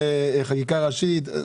בחקיקה ראשית?